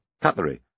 cutlery